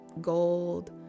Gold